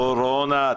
קורונה.